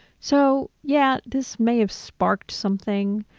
so yeah, this may have sparked something,